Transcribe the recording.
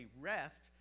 rest